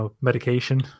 medication